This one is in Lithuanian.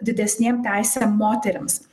didesnėm teisėm moterims